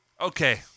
Okay